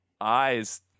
eyes